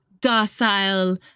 docile